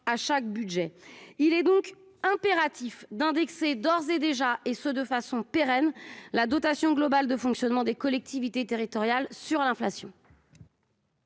à chaque budget ! Il est donc impératif d'indexer dès à présent la dotation globale de fonctionnement des collectivités territoriales sur l'inflation